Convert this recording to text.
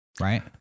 right